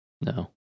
No